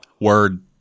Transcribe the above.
word